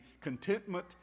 contentment